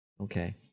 okay